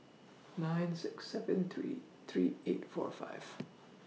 nine six seven three three eight four five